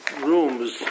rooms